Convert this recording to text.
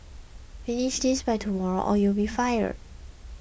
finish this by tomorrow or you'll be fired